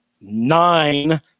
nine